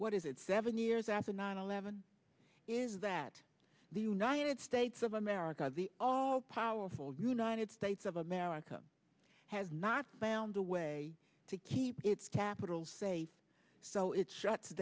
what is it seven years after nine eleven is that the united states of america the all powerful united states of america has not found a way to keep its capital safe so it shuts